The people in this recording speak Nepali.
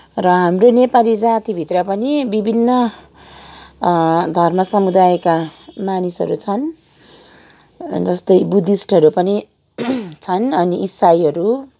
र हाम्रो नेपाली जातिभित्र पनि विभिन्न धर्म समुदायका मानिसहरू छन् जस्तै बुद्धिस्टहरू पनि छन् अनि इसाईहरू